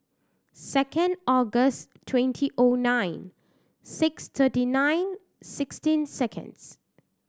second August twenty O nine six thirty nine sixteen seconds